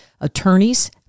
attorneys